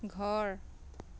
ঘৰ